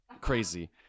crazy